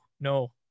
no